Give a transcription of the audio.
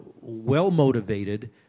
well-motivated